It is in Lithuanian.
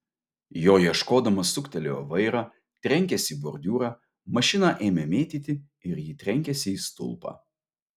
jo ieškodamas suktelėjo vairą trenkėsi į bordiūrą mašiną ėmė mėtyti ir ji trenkėsi į stulpą